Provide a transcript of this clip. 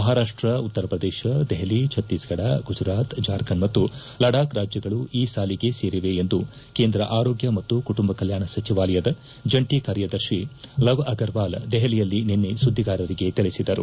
ಮಹಾರಾಷ್ಟ ಉತ್ತರಪ್ರದೇಶ ದೆಹಲಿ ಭತ್ತೀಸ್ಗಢ ಗುಜರಾತ್ ಜಾರ್ಖಂಡ್ ಮತ್ತು ಲಡಾಕ್ ರಾಜ್ಯಗಳು ಈ ಸಾಲಿಗೆ ಸೇರಿವೆ ಎಂದು ಕೇಂದ್ರ ಆರೋಗ್ಡ ಮತ್ತು ಕುಟುಂಬ ಕಲ್ಮಾಣ ಸಚಿವಾಲಯದ ಜಂಟಿ ಕಾರ್ಯದರ್ಶಿ ಲವ್ ಆಗರ್ವಾಲ್ ದೆಹಲಿಯಲ್ಲಿ ನನ್ನ ಸುದ್ದಿಗಾರಂಗೆ ತಿಳಿಸಿದರು